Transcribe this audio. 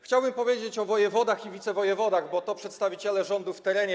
Chciałbym powiedzieć o wojewodach i wicewojewodach, bo to przedstawiciele rządu w terenie.